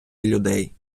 людей